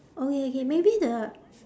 okay okay maybe the